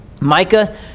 Micah